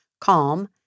calm